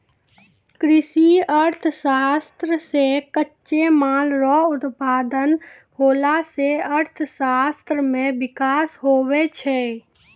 कृषि अर्थशास्त्र से कच्चे माल रो उत्पादन होला से अर्थशास्त्र मे विकास हुवै छै